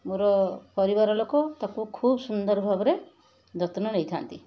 ମୋର ପରିବାର ଲୋକ ତାକୁ ଖୁବ ସୁନ୍ଦର ଭାବରେ ଯତ୍ନ ନେଇଥାନ୍ତି